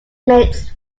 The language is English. makes